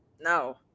no